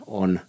on